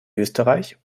österreich